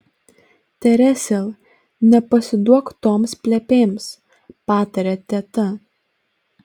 teresėl nepasiduok toms plepėms patarė teta